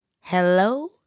Hello